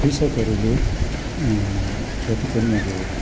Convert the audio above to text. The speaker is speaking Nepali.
कृषकहरूले जति पनि अब